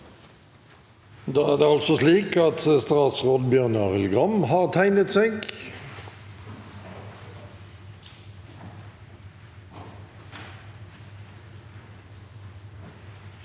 Da er det altså slik at stats- råd Bjørn Arild Gram har tegnet seg.